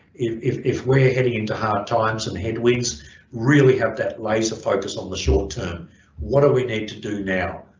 if if we're heading into hard times and head winds really have that laser focus on the short term what do we need to do now,